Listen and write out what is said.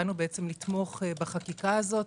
באנו לתמוך בחקיקה הזאת.